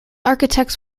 architects